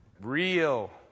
real